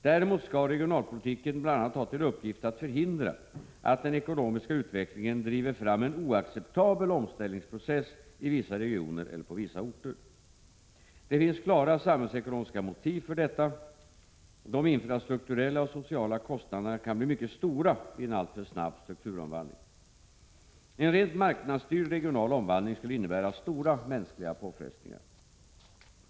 Däremot skall regionalpolitiken bl.a. ha till uppgift att förhindra att den ekonomiska utvecklingen driver fram en oacceptabel omställningsprocess i vissa regioner eller på vissa orter. Det finns klara samhällsekonomiska motiv för detta; de infrastrukturella och sociala konstnaderna kan bli mycket stora vid en alltför snabb strukturomvandling. En rent marknadsstyrd regional omvandling skulle innebära stora mänskliga påfrestningar.